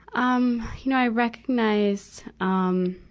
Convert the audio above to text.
um you know, i recognized, um,